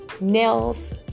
nails